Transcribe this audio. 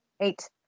Eight